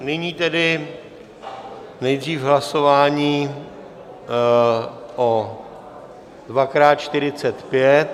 Nyní tedy nejdřív hlasování o dvakrát 45.